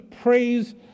praise